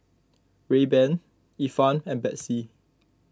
Rayban Ifan and Betsy